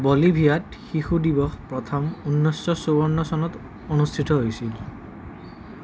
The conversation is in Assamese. বলিভিয়াত শিশু দিৱস প্ৰথম ঊনৈছশ চৌৱন্ন চনত অনুষ্ঠিত হৈছিল